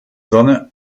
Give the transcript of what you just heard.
sonne